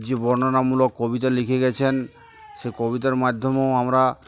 যে বর্ণনামূলক কবিতা লিখে গেছেন সেই কবিতার মাধ্যমেও আমরা